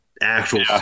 actual